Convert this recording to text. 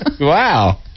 Wow